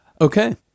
Okay